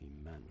amen